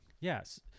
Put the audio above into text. Yes